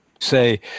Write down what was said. say